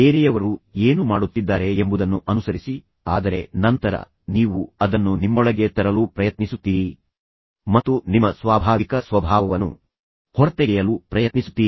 ಬೇರೆಯವರು ಏನು ಮಾಡುತ್ತಿದ್ದಾರೆ ಎಂಬುದನ್ನು ಅನುಸರಿಸಿ ಆದರೆ ನಂತರ ನೀವು ಅದನ್ನು ನಿಮ್ಮೊಳಗೆ ತರಲು ಪ್ರಯತ್ನಿಸುತ್ತೀರಿ ಮತ್ತು ನಂತರ ನಿಮ್ಮ ಸ್ವಾಭಾವಿಕ ಸ್ವಭಾವವನ್ನು ಹೊರತೆಗೆಯಲು ಪ್ರಯತ್ನಿಸುತ್ತೀರಿ